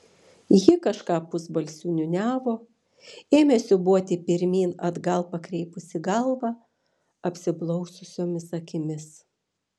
ji kažką pusbalsiu niūniavo ėmė siūbuoti pirmyn atgal pakreipusi galvą apsiblaususiomis akimis